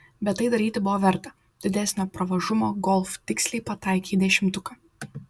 bet tai daryti buvo verta didesnio pravažumo golf tiksliai pataikė į dešimtuką